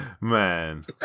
man